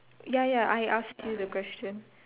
ya ya I asked you the question